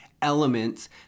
elements